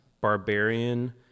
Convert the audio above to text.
barbarian